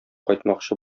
кайтмакчы